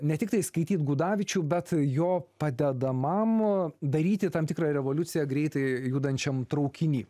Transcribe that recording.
ne tiktai skaityt gudavičių bet jo padedamam daryti tam tikrą revoliuciją greitai judančiam traukiny